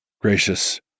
gracious